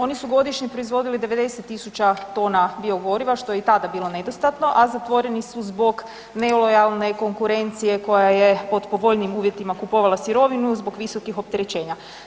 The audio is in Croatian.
Oni su godišnje proizvodili 90.000 tona biogoriva što je i tada bilo nedostatno, a zatvoreni su zbog nelojalne konkurencije koja je pod povoljnijim uvjetima kupovala sirovinu zbog visokih opterećenja.